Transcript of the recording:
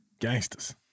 Gangsters